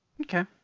okay